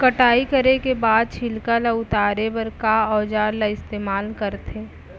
कटाई करे के बाद छिलका ल उतारे बर का औजार ल इस्तेमाल करथे?